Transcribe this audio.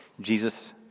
Jesus